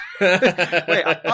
Wait